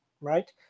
Right